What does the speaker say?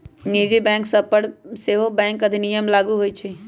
निजी बैंक सभ पर सेहो बैंक अधिनियम लागू होइ छइ